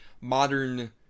modern